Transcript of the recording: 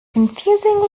confusingly